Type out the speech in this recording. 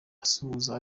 asuhuza